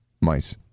mice